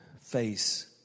face